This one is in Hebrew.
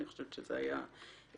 אני חושבת שזה היה חשוב.